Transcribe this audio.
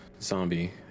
zombie